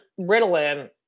Ritalin